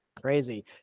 Crazy